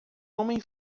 homem